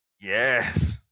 Yes